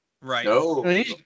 Right